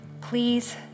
Please